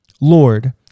Lord